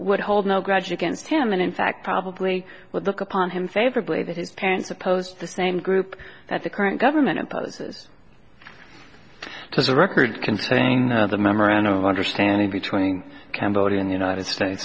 would hold no grudge against him and in fact probably would look upon him favorably that his parents oppose the same group that the current government imposes to the records contain the memorandum of understanding between cambodian united states